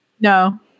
No